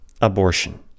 abortion